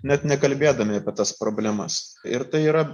net nekalbėdami apie tas problemas ir tai yra